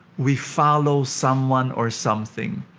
we follow someone or something,